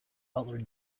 butler